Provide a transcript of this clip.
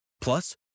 Plus